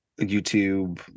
youtube